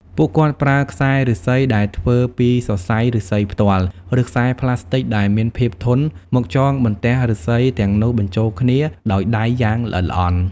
ពួកគាត់ប្រើខ្សែឫស្សី ដែលធ្វើពីសរសៃឫស្សីផ្ទាល់ ឬខ្សែប្លាស្ទិកដែលមានភាពធន់មកចងបន្ទះឫស្សីទាំងនោះបញ្ចូលគ្នាដោយដៃយ៉ាងល្អិតល្អន់។